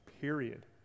period